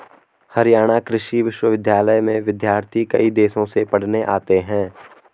हरियाणा कृषि विश्वविद्यालय में विद्यार्थी कई देशों से पढ़ने आते हैं